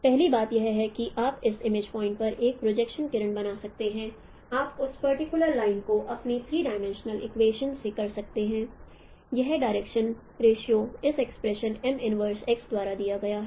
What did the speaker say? पहली बात यह है कि आप एक इमेज पॉइंट पर एक प्रोजेक्शन किरण बना सकते हैं आप उस पर्टिकुलर लाइन को अपने थ्रीडिमिंशनल इक्वेशनस से कर सकते हैं यह डायरेक्शन रेशिओ इस एक्सप्रेशन द्वारा दिया गया है